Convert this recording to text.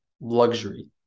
luxury